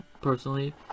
personally